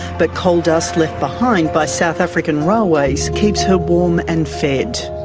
but coal dust left behind by south african railways keeps her warm and fed.